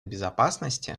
безопасности